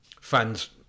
fans